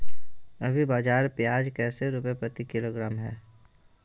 अभी बाजार प्याज कैसे रुपए प्रति किलोग्राम है?